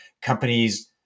Companies